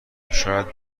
شاید